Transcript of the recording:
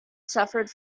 suffered